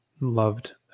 loved